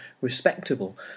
respectable